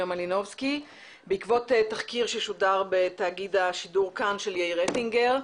מלינובסקי בעקבות תחקיר ששודר בתאגיד השידור 'כאן' של יאיר אטינגר.